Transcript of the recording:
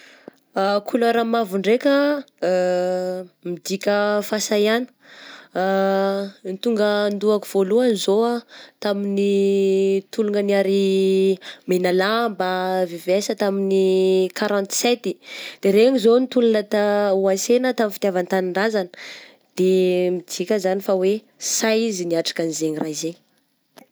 Kolera mavo ndraika midika fasahiàgna, ny tonga an-dohako voalogany zao ah tamin'ny tolona ny ary Menalamba, VVS tamin'ny quarante sept, de regny zao nitolona ta-hoansena tamin'ny fitiavan-tanindrazana de midika zany fa hoe sahy izy niatriaka zegny raha izay.